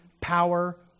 power